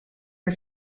are